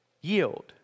yield